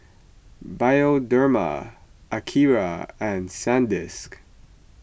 Bioderma Akira and Sandisk